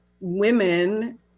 women